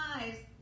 eyes